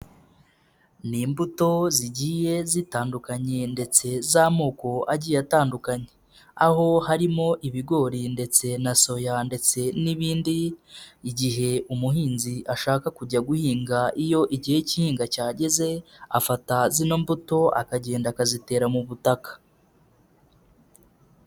Ni imbuto zigiye zitandukanye ndetse z'amoko agiye atandukanye. Aho harimo ibigori ndetse na soya ndetse n'ibindi, igihe umuhinzi ashaka kujya guhinga iyo igihe kihinga cyageze, afata zo mbuto akagenda akazitera mu butaka.